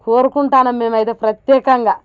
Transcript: కోరుకుంటున్నాం మేమైతే ప్రత్యేకంగా